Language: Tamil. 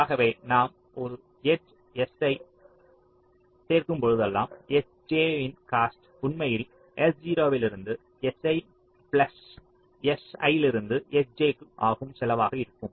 ஆகவே நாம் ஒரு எட்ஜ் si ஐச் சேர்க்கும்போதெல்லாம் sj யின் காஸ்ட் உண்மையில் s0 லிருந்து si பிளஸ் si லிருந்து sj க்கு ஆகும் செலவாக இருக்கும்